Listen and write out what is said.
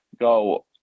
go